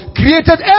created